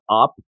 up